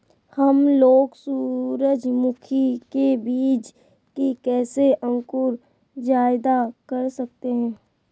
हमलोग सूरजमुखी के बिज की कैसे अंकुर जायदा कर सकते हैं?